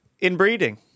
Inbreeding